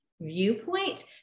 viewpoint